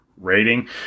rating